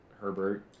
Herbert